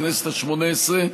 בכנסת השמונה עשרה,